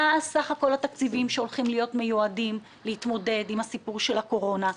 מה סך כול התקציבים המיועדים להתמודד עם הסיפור של הקורונה,